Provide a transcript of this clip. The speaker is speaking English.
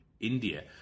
India